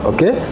Okay